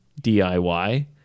DIY